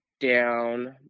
down